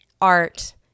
art